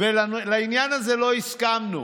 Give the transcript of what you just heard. לעניין הזה לא הסכמנו.